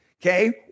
okay